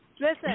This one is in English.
Listen